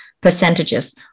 percentages